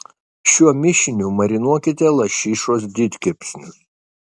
šiuo mišiniu marinuokite lašišos didkepsnius